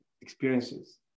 experiences